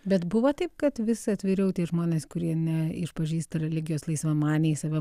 bet buvo taip kad vis atviriau tai žmonės kurie neišpažįsta religijos laisvamaniais save